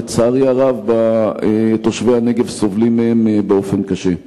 שלצערי הרב תושבי הנגב סובלים מהם באופן קשה.